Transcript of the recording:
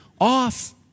off